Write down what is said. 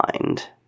mind